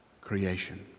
creation